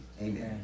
Amen